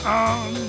on